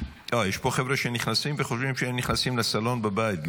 יש פה חבר'ה שנכנסים וחושבים שהם נכנסים לסלון בבית.